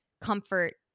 comfort